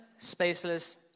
spaceless